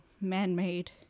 man-made